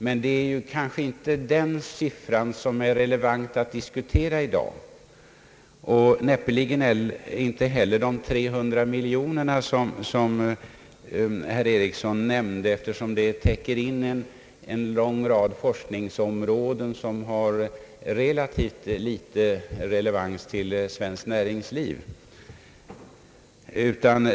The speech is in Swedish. Men den siffran är kanske inte relevant i dagens diskussion, och det är säkerligen inte heller de 300 miljonerna som herr Ericsson nämnde. Däri ingripes ju en lång rad forskningsuppgifter, som har ganska litet att göra med svenskt näringsliv.